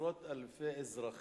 עשרות אלפי אזרחים